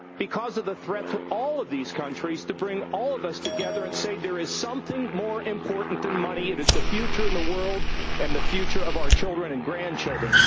because of the threat to all of these countries, to bring all of us together. and say there is something more important than money. it is the future of and the world and the future of our children and grandchildren.